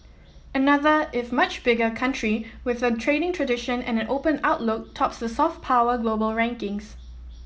another if much bigger country with a trading tradition and an open outlook tops the soft power global rankings